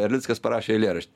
erlickas parašė eilėraštį